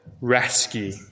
rescue